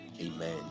Amen